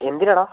എന്തിനാണ് എടാ